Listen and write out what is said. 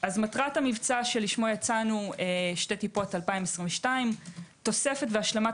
מטרת המבצע שלשמו יצאנו שתי טיפות 2022 תוספת והשלמת